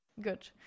Good